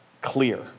clear